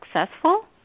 successful